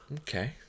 Okay